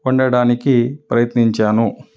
వండడానికి ప్రయత్నించాను